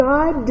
God